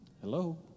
Hello